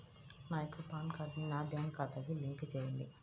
నా యొక్క పాన్ కార్డ్ని నా బ్యాంక్ ఖాతాకి లింక్ చెయ్యండి?